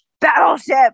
Battleship